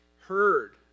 heard